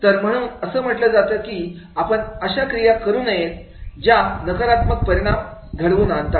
तर म्हणून असं म्हटलं जातं की आपण अशा क्रिया करू नयेत की ज्या नकारात्मक परिणाम घडवून आणतात